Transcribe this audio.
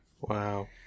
Wow